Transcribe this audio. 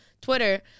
Twitter